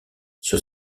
sur